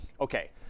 Okay